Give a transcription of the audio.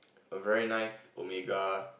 a very nice omega